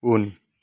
उन